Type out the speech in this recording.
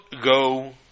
go